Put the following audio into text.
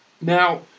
Now